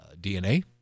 DNA